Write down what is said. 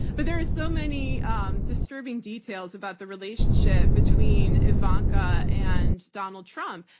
but there are so many um disturbing details about the relationship between ivanka and donald trump.